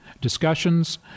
discussions